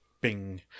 bing